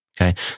okay